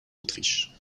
autriche